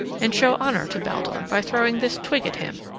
and show honor to baldur by throwing this twig at him,